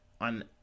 on